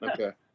Okay